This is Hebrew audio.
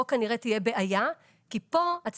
כאן כנראה תהיה בעיה כי כאן אני לא רואה את